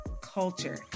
culture